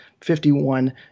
51